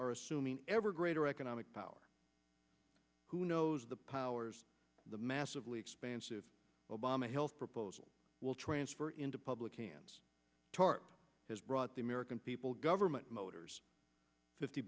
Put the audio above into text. are assuming ever greater economic power who knows the powers of the massively expansive obama health proposal will transfer into public hands tarp has brought the american people government motors fifty